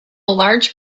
large